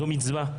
זו מצווה,